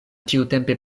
tiutempe